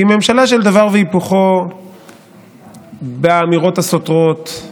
היא ממשלה של דבר והיפוכו באמירות הסותרות,